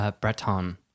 Breton